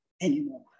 anymore